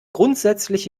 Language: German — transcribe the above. grundsätzlich